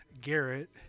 garrett